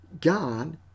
God